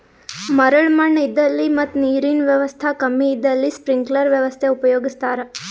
ಮರಳ್ ಮಣ್ಣ್ ಇದ್ದಲ್ಲಿ ಮತ್ ನೀರಿನ್ ವ್ಯವಸ್ತಾ ಕಮ್ಮಿ ಇದ್ದಲ್ಲಿ ಸ್ಪ್ರಿಂಕ್ಲರ್ ವ್ಯವಸ್ಥೆ ಉಪಯೋಗಿಸ್ತಾರಾ